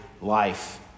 life